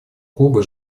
кубы